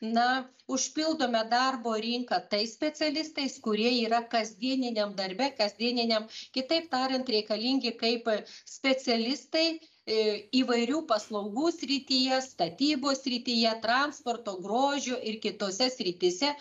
na užpildome darbo rinką tai specialistais kurie yra kasdieniniam darbe kasdieniniam kitaip tariant reikalingi kaip specialistai įvairių paslaugų srityje statybos srityje transporto grožio ir kitose srityse